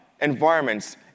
environments